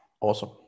Awesome